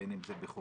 בין אם זה בחופים.